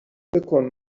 بکن